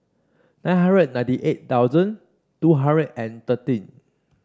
nine hundred ninety eight thousand two hundred and thirteen